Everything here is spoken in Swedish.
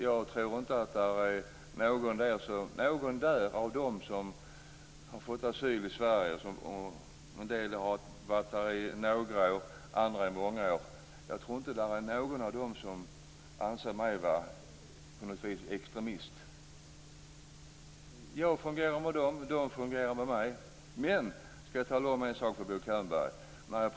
Jag tror inte att någon av dem som bor där och som har fått asyl i Sverige som anser mig vara extremist. Jag fungerar med dem, och de fungerar med mig. Men jag skall tala om en sak för Bo Könberg.